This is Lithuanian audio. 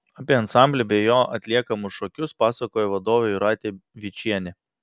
apie ansamblį bei jo atliekamus šokius pasakojo vadovė jūratė vyčienė